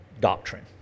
doctrine